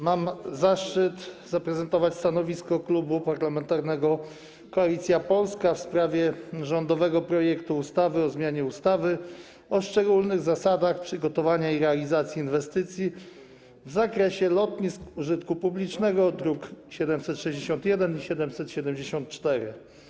Mam zaszczyt przedstawić stanowisko Klubu Parlamentarnego Koalicja Polska w sprawie rządowego projektu ustawy o zmianie ustawy o szczególnych zasadach przygotowania i realizacji inwestycji w zakresie lotnisk użytku publicznego, druki nr 761 i 774.